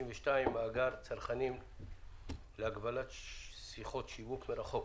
62) (מאגר צרכנים להגבלת שיחות שיווק מרחוק),